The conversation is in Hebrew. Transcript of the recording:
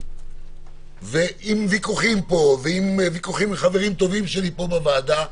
עם ויכוחים עם חברים טובים שלי פה בוועדה.